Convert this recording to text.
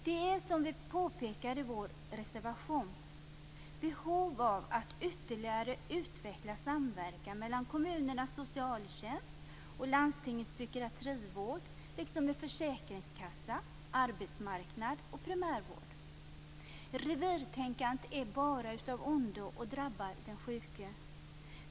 Det finns, som vi påpekar i vår reservation, behov av att ytterligare utveckla samverkan mellan kommunernas socialtjänst och landstingens psykiatrivård, liksom med försäkringskassa, arbetsmarknad och primärvård. Revirtänkandet är bara av ondo och drabbar den sjuke.